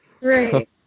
Right